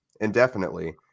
indefinitely –